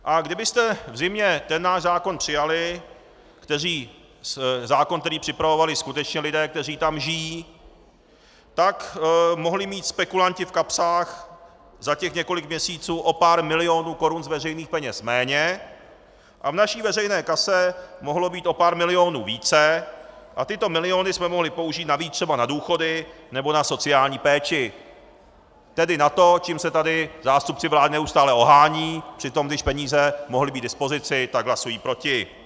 A kdybyste v zimě ten náš zákon přijali, zákon, který připravovali skutečně lidé, kteří tam žijí, tak mohli mít spekulanti v kapsách za těch několik měsíců o pár milionů korun z veřejných peněz méně a v naší veřejné kase mohlo být o pár milionů více a tyto miliony jsme mohli použít navíc třeba na důchody nebo na sociální péči, tedy na to, čím se tady zástupci vlád neustále ohánějí, přitom když peníze mohly být k dispozici, tak hlasují proti.